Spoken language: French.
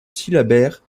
syllabaire